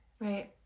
Right